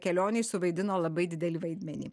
kelionei suvaidino labai didelį vaidmenį